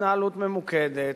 התנהלות ממוקדת,